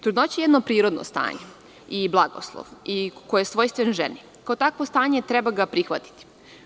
Trudnoća je jedno prirodno stanje i blagoslov i koji je svojstven ženi i kao takvo stanje treba ga prihvatiti.